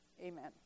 Amen